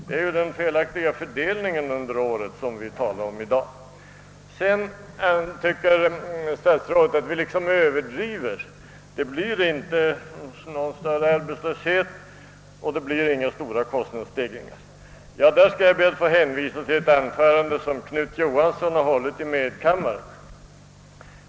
Det är den felaktiga fördelningen under året som vi talar om i dag. Statsrådet tycker att vi överdriver, eftersom det inte blir någon större arbetslöshet eller några stora kostnadsstegringar. Jag skall be att få hänvisa till ett anförande som Knut Johansson har hållit i medkammaren.